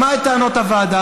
שמע את טענות הוועדה,